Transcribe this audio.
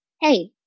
hey